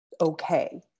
okay